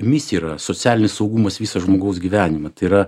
misija yra socialinis saugumas visą žmogaus gyvenimą tai yra